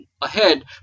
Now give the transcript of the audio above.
ahead